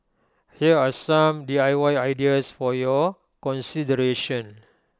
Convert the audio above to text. here are some D I Y ideas for your consideration